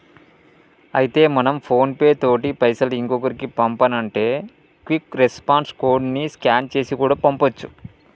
అయితే మనం PhonePe తోటి పైసలు ఇంకొకరికి పంపానంటే క్విక్ రెస్పాన్స్ కోడ్ ని స్కాన్ చేసి కూడా పంపొచ్చు